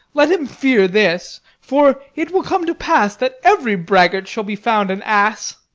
let him fear this for it will come to pass that every braggart shall be found an ass.